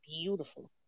beautiful